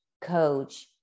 coach